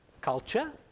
culture